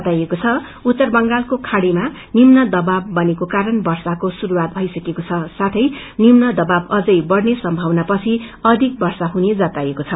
बताइएको छ उत्तर बंगालको खाड़ीमा निम्न दवाब बनेको कारण वर्षाका शुरूवात भइसकेको छ औ निम्न दवाब अझै बढ़ने सम्भावना पछि अधिक वर्षा हुने जताइएको छ